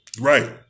Right